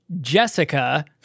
jessica